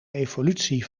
evolutie